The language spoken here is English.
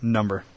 Number